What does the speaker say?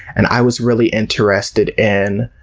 and i was really interested in,